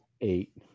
eight